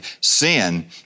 sin